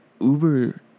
Uber